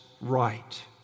right